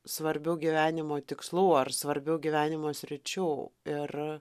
svarbių gyvenimo tikslų ar svarbių gyvenimo sričių ir